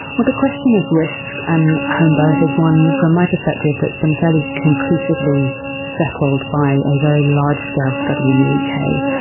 well, the question of risk and homebirth is one, from my perspective, that's been fairly conclusively settled by a very large-scale study in the uk,